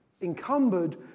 encumbered